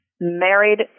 married